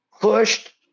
pushed